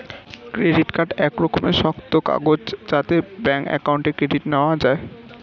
credit card এক রকমের শক্ত কাগজ যাতে ব্যাঙ্ক অ্যাকাউন্ট ক্রেডিট নেওয়া যায়